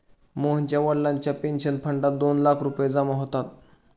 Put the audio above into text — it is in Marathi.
मोहनच्या वडिलांच्या पेन्शन फंडात दोन लाख रुपये जमा होतात